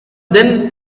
then